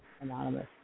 Anonymous